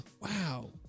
wow